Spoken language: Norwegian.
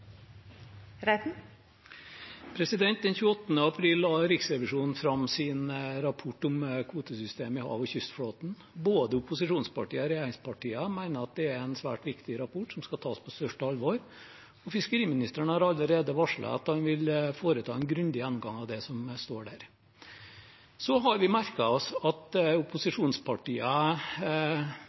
april la Riksrevisjonen fram sin rapport om kvotesystemet i hav- og kystflåten. Både opposisjonspartiene og regjeringspartiene mener at det er en svært viktig rapport, som skal tas på største alvor. Fiskeriministeren har allerede varslet at han vil foreta en grundig gjennomgang av det som står der. Så har vi merket oss at